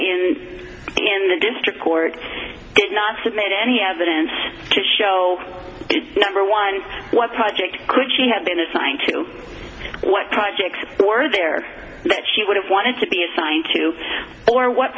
in in the district court did not submit any evidence to show number one what project could she have been assigned to what projects were there that she would have wanted to be assigned to or what